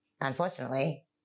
unfortunately